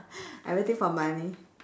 everything for money